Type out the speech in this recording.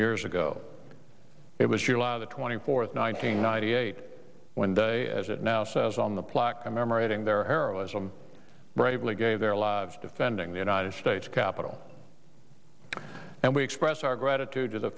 years ago it was july twenty fourth one nine hundred ninety eight when day as it now says on the plaque commemorating their heroism bravely gave their lives defending the united states capitol and we express our gratitude to the